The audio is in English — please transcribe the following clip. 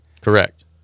Correct